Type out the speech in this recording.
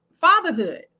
fatherhood